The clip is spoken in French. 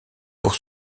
pour